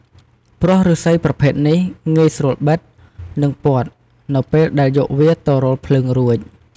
ព្រោះឫស្សីប្រភេទនេះងាយស្រួលបិត និងពត់នៅពេលដែលយកវាទៅរោលភ្លើងរួច។